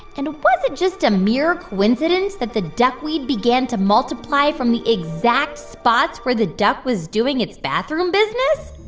and was it just a mere coincidence that the duckweed began to multiply from the exact spots where the duck was doing its bathroom business?